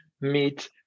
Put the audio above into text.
meet